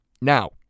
Now